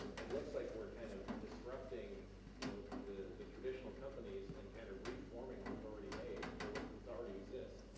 it looks like we're kind of disrupting you know the the traditional companies and kind of reforming what we've already made, or what already exists,